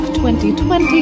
2020